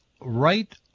right